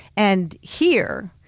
and here,